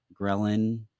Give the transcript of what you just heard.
ghrelin